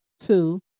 two